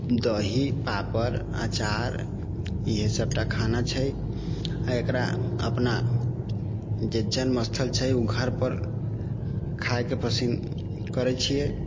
दही पापड़ अचार इएहे सभटा खाना छै आओर एकरा अपना जे जन्म स्थल छै उ घरपर खाइके पसिन करै छियै